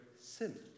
sin